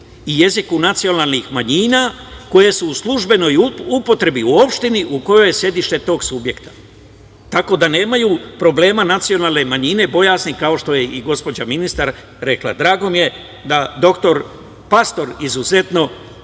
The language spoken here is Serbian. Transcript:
i jeziku nacionalnih manjina koje su u službenoj upotrebi u opštini u kojoj je sedište tog subjekta. Tako da, nemaju problema nacionalne manjine i bojazni, kao što je i gospođa ministar rekla. Drago mi je da je dr Pastor izuzetno